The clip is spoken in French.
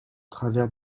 travers